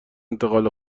انتقال